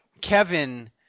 Kevin